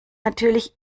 natürlich